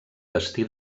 destí